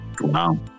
wow